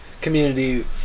Community